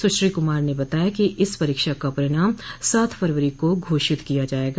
सुश्री कुमार ने बताया कि इस परीक्षा का परिणाम सात फरवरी को घोषित किया जायेगा